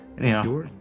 Anyhow